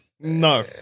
No